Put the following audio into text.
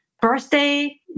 birthday